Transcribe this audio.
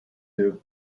too